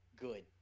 good